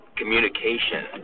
communication